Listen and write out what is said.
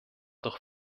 doch